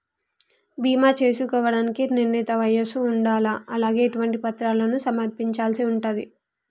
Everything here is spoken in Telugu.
బీమా చేసుకోవడానికి నిర్ణీత వయస్సు ఉండాలా? అలాగే ఎటువంటి పత్రాలను సమర్పించాల్సి ఉంటది?